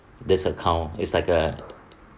this account is like a